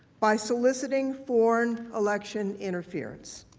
by soliciting foreign election interference.